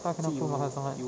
!huh! kenapa mahal sangat